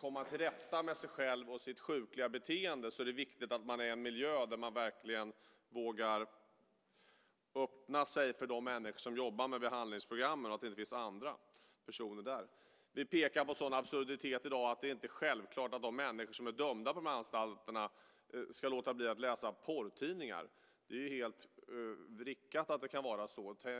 komma till rätta med sig själva och sitt sjukliga beteende är det viktigt att de är i en miljö där de verkligen vågar öppna sig för de människor som jobbar med behandlingsprogrammen och till andra personer där. Vi pekar på sådana absurditeter i dag som att det inte är självklart att de människor som är dömda ska låta bli att läsa porrtidningar på anstalten. Det är helt vrickat att de kan göra det.